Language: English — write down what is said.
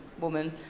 woman